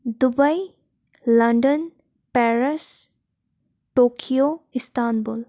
Dubai London Paris Tokyo Istanbul